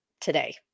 today